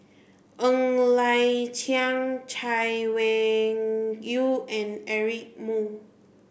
Ng Liang Chiang Chay Weng Yew and Eric Moo